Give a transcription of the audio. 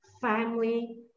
family